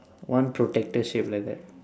one protector shape like that